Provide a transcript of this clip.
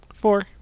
Four